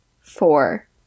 four